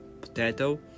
potato